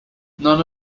none